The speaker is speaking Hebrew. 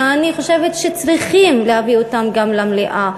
שאני חושבת שצריכים להביא אותם גם למליאה,